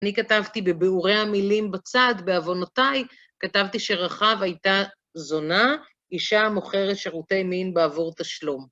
אני כתבתי בביאורי המילים בצד, בעוונותיי, כתבתי שרחב הייתה זונה, אישה המוכרת שירותי מין בעבור תשלום.